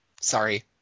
Sorry